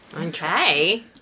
Okay